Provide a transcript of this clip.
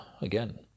again